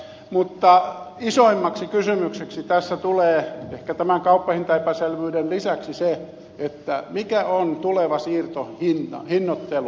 mutta isoimmaksi kysymykseksi tässä tulee ehkä tämän kauppahintaepäselvyyden lisäksi se mikä on tuleva siirtohinnoittelu